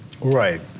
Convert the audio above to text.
Right